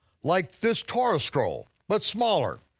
like this torah scroll but smaller.